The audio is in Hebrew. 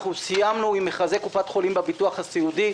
אנחנו סיימנו עם מכרזי קופות חולים בביטוח הסיעודי.